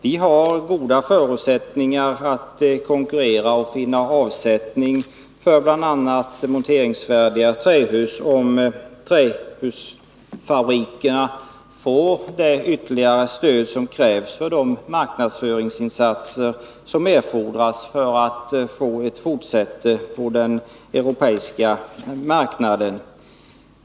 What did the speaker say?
Vi har goda förutsättningar att konkurrera och finna avsättning för bl.a. monteringsfärdiga trähus, om trähusfabrikerna får det ytterligare stöd som krävs för de marknadsföringsinsatser som erfordras för att få ett fotfäste bl.a.på den europeiska marknaden.